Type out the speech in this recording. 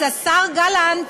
אז השר גלנט,